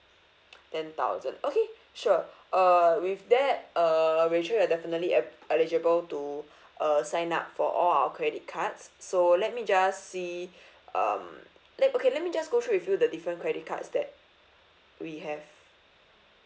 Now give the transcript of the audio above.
ten thousand okay sure uh with that uh rachel you're definitely el~ eligible to uh sign up for all our credit cards so let me just see um let okay let me just go through with you the different credit cards that we have